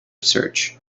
search